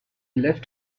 left